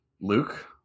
Luke